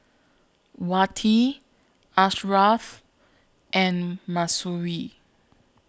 Wati Ashraf and Mahsuri